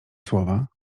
słowa